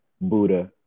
Buddha